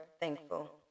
thankful